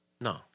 No